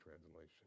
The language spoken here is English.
translation